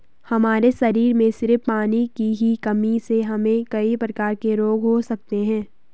हमारे शरीर में सिर्फ पानी की ही कमी से हमे कई प्रकार के रोग हो सकते है